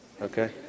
Okay